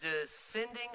descending